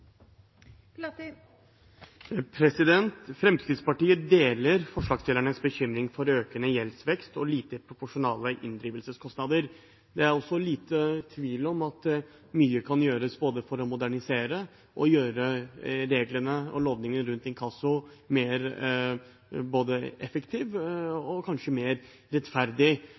Fremskrittspartiet deler forslagsstillernes bekymring for økende gjeldsvekst og lite proporsjonale inndrivelseskostnader. Det er også liten tvil om at mye kan gjøres for både å modernisere og gjøre reglene og lovgivningen rundt inkasso mer effektiv og kanskje mer rettferdig.